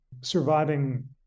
surviving